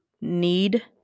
need